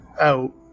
out